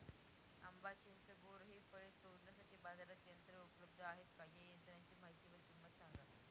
आंबा, चिंच, बोर हि फळे तोडण्यासाठी बाजारात यंत्र उपलब्ध आहेत का? या यंत्रांची माहिती व किंमत सांगा?